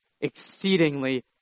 exceedingly